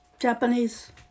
Japanese